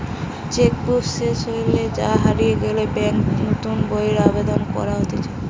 check book সেস হইলে বা হারিয়ে গেলে ব্যাংকে নতুন বইয়ের আবেদন করতে হতিছে